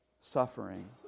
suffering